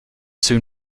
soon